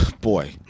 Boy